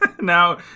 Now